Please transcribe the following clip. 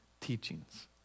teachings